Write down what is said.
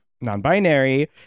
non-binary